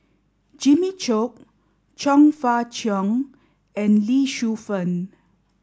Jimmy Chok Chong Fah Cheong and Lee Shu Fen